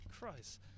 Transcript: Christ